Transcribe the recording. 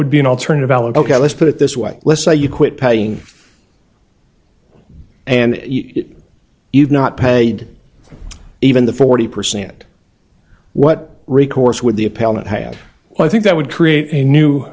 would be an alternative alan ok let's put it this way let's say you quit paying and you've not paid even the forty percent what recourse would the appellant have i think that would create a new